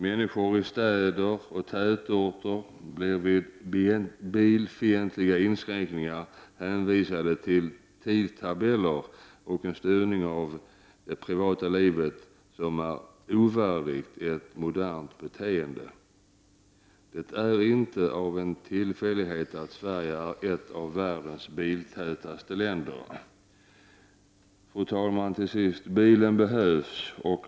Människor i städer och tätorter blir i samband med bilfientliga inskränkningar hänvisade till tidtabeller och en styrning av det privata livet som är ovärdig ett modernt beteende. Det är inte en tillfällighet att Sverige är ett av världens biltätaste länder. Fru talman! Till sist: Bilen behövs!